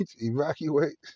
evacuate